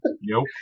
nope